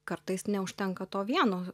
kartais neužtenka to vieno